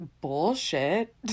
bullshit